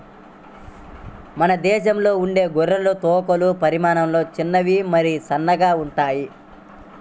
మన దేశంలో ఉండే గొర్రె తోకలు పరిమాణంలో చిన్నవి మరియు సన్నగా ఉంటాయి